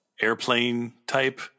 airplane-type